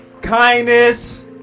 kindness